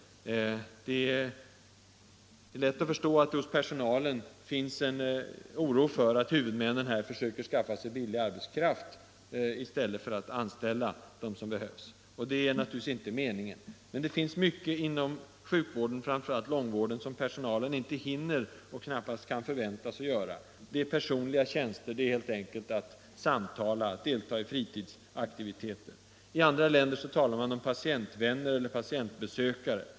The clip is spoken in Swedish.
Det är lätt att förstå att det hos personalen finns en oro för att huvudmännen försöker skaffa sig gratis arbetskraft i stället för att anställa dem som behövs. Detta är naturligtvis inte meningen. Men det finns mycket inom sjukvården, framför allt inom långtidsvården, som personalen inte hinner göra och knappast heller kan förväntas göra, såsom personliga tjänster, att samtala med patienterna och att delta i fritidsaktiviteter. I andra länder finns det patientvänner eller patientbesökare.